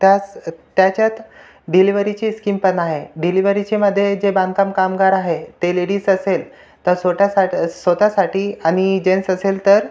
त्यात त्याच्यात डिलिव्हरीची स्कीमपण आहे डिलिव्हरीचेमध्ये जे बांधकाम कामगार आहे ते लेडीज असेल तर स्वत साट स्वत साठी आणि जेन्टस् असेल तर